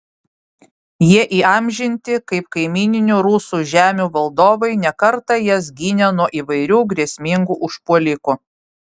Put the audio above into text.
jie įamžinti kaip kaimyninių rusų žemių valdovai ne kartą jas gynę nuo įvairių grėsmingų užpuolikų